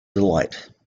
delight